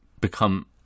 become